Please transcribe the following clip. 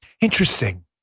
interesting